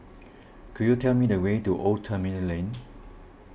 could you tell me the way to Old Terminal Lane